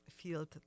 field